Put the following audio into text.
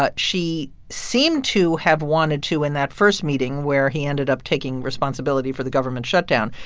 but she seemed to have wanted to in that first meeting where he ended up taking responsibility for the government shutdown.